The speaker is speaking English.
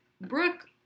Brooke